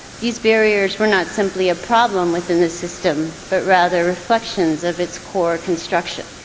these barriers were not simply a problem within the system but rather reflections of its core construction.